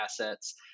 assets